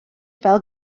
fel